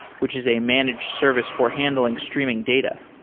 which is a managed service for handling streaming data.